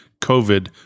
COVID